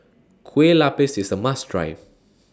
Kueh Lapis IS A must Try